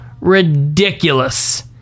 ridiculous